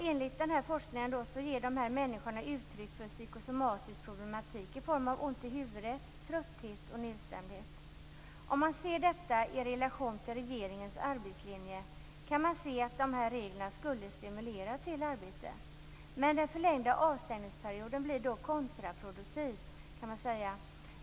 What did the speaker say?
Enligt den här forskningen får dessa människor psykosomatiska problem i form av ont i huvudet, trötthet och nedstämdhet. Om man ser detta i relation till regeringens arbetslinje, kan man se att de här reglerna skulle stimulera till arbete. Den förlängda avstängningsperioden blir då kontraproduktiv.